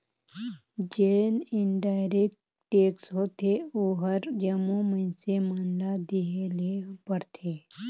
जेन indirect tax होथे ओहर जम्मो मइनसे मन ल देहे ले परथे